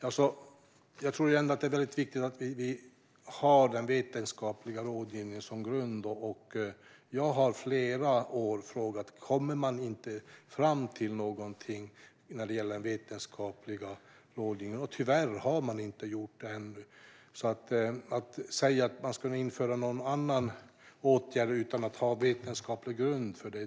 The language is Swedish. Jag tror att det är viktigt att vi har den vetenskapliga rådgivningen som grund. Jag har i flera år frågat om man inte har kommit fram till någonting när det gäller vetenskaplig rådgivning. Men det har man tyvärr inte gjort ännu. Det kan vara en farlig väg att införa någon annan åtgärd utan att ha vetenskaplig grund för det.